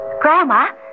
Grandma